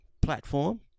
platform